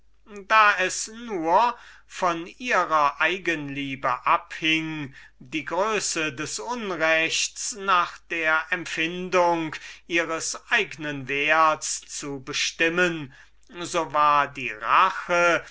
da es nur von ihrer eigenliebe abhing die größe des unrechts nach der empfindung ihres eignen werts zu bestimmen so war die rache